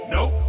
Nope